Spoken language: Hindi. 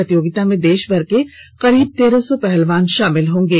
प्रतियोगिता में देश भार के करीब तेरह सौ पहलवान शमिल होंगे